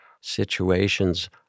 situations